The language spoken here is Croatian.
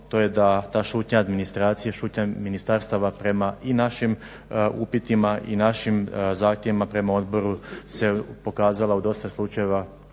To je da ta šutnja administracije, šutnja ministarstava prema i našim upitima i našim zahtjevima prema Odboru se pokazala u dosta slučajeva